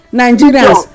nigerians